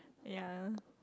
ya